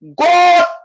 God